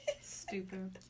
Stupid